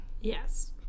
Yes